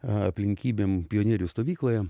aplinkybėm pionierių stovykloje